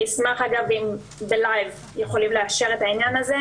אגב, אני אשמח אם יכולים לאשר את העניין הזה.